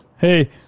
Hey